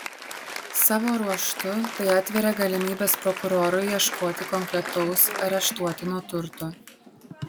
savo ruožtu tai atveria galimybes prokurorui ieškoti konkretaus areštuotino turto